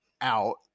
out